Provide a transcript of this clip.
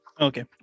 Okay